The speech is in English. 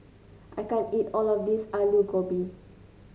I can't eat all of this Alu Gobi